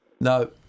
no